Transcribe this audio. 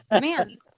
man